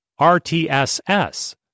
RTSS